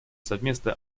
совместно